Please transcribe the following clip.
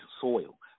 soil